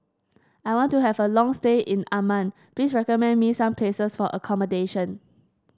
I want to have a long stay in Amman please recommend me some places for accommodation